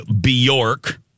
Bjork